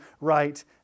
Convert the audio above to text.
right